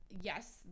yes